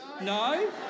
No